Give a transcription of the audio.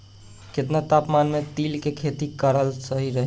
केतना तापमान मे तिल के खेती कराल सही रही?